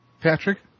Patrick